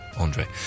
Andre